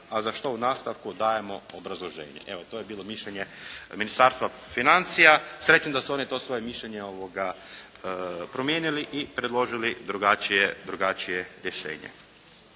a za što u nastavku dajemo obrazloženje.". Evo, to je bilo mišljenje Ministarstva financija. Srećom da su oni to svoje mišljenje promijenili i predložili drugačije rješenje.